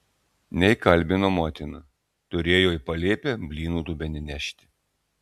neįkalbino motina turėjo į palėpę blynų dubenį nešti